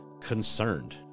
concerned